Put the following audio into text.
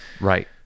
Right